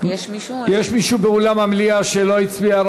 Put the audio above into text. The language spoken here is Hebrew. יש מישהו באולם המליאה שלא הצביע,